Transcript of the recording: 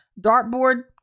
dartboard